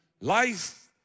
life